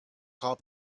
call